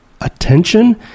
attention